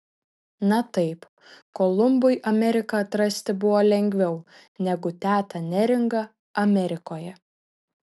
na taip kolumbui ameriką atrasti buvo lengviau negu tetą neringą amerikoje